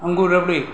અંગુર rabri